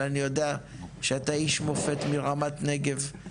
אבל אני יודע שאתה איש מופת מרמת נגב,